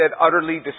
utterly